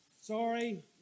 Sorry